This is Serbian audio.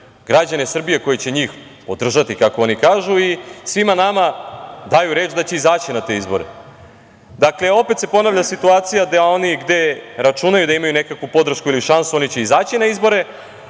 građane Srbije, koji će njih podržati kako oni kažu, i svima nama daju reč da će izaći na te izbore? Dakle, opet se ponavlja situacija gde oni računaju da imaju nekakvu podršku ili šansu, oni će izaći na izbore,